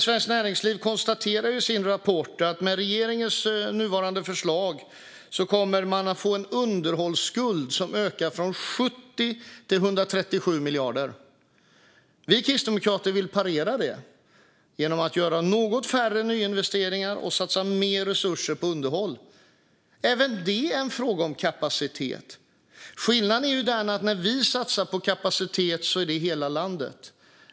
Svenskt Näringsliv konstaterar i sin rapport att med regeringens nuvarande förslag kommer det att bli en underhållsskuld som ökar från 70 till 137 miljarder. Vi kristdemokrater vill parera denna underhållsskuld genom att göra något färre nyinvesteringar och satsa mer resurser på underhåll. Även det är en fråga om kapacitet. Skillnaden är den att när vi satsar på kapacitet gäller det hela landet.